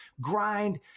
grind